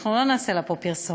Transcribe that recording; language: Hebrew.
ואנחנו לא נעשה לה פה פרסומת,